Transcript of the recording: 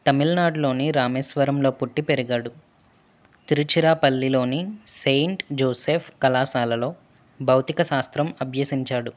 తమిళనాడులోని రామేశ్వరంలో పుట్టి పెరిగాడు తిరుచిరాపల్లిలోని సెయింట్ జోసెఫ్ కళాశాలలో భౌతిక శాస్త్రం అభ్యసించాడు